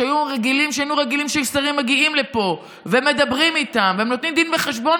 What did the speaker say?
שהיינו רגילים שהם מגיעים לפה ומדברים איתם ונותנים דין וחשבון,